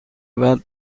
بعد